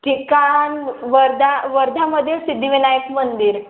ठिकाण वर्धा वर्ध्यामध्ये सिद्धिविनायक मंदिर